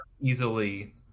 easily